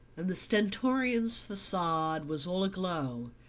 and the stentorian facade was all aglow,